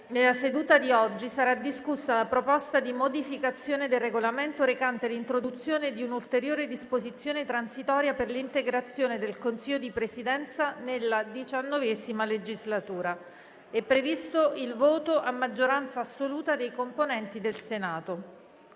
Nella seduta di oggi sarà discussa la proposta di modificazione del Regolamento recante l'introduzione di un'ulteriore disposizione transitoria per l'integrazione del Consiglio di Presidenza nella XIX legislatura. È previsto il voto a maggioranza assoluta dei componenti del Senato.